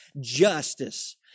justice